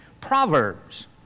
Proverbs